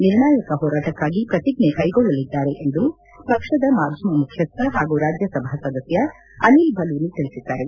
ನಿರ್ಣಾಯಕ ಹೋರಾಟಕ್ಕಾಗಿ ಪ್ರತಿಜ್ಞೆ ಕೈಗೊಳ್ಳಲಿದ್ದಾರೆ ಎಂದು ಪಕ್ಷದ ಮಾಧ್ಯಮ ಮುಖ್ಯಶ್ಥ ಹಾಗೂ ರಾಜ್ಯ ಸಭಾ ಸದಸ್ಯ ಅನಿಲ್ ಬಲೂನಿ ತಿಳಿಸಿದ್ದಾರೆ